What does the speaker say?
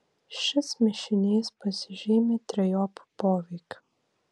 šis mišinys pasižymi trejopu poveikiu